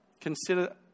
Consider